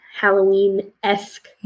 Halloween-esque